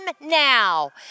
now